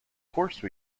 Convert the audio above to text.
course